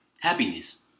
happiness